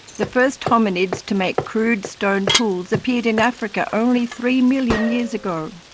the first hominids to make crude stone tools appeared in africa only three million years ago.